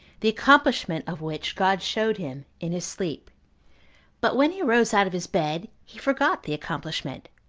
the accomplishment of which god showed him in his sleep but when he arose out of his bed, he forgot the accomplishment.